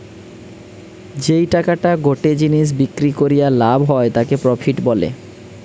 যেই টাকাটা গটে জিনিস বিক্রি করিয়া লাভ হয় তাকে প্রফিট বলে